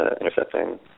intercepting